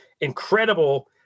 incredible